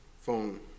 phone